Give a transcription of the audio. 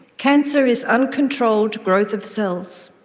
cancer is uncontrolled growth of cells.